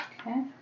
Okay